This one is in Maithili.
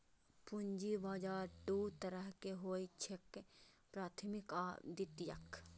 पूंजी बाजार दू तरहक होइ छैक, प्राथमिक आ द्वितीयक